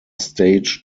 stage